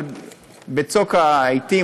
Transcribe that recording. אבל בצוק העתים,